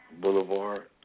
Boulevard